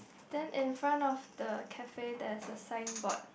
then in front of the cafe there's a signboard